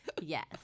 Yes